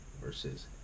versus